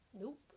nope